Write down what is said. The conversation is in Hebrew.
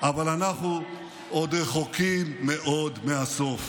אבל אנחנו עוד רחוקים מאוד מהסוף.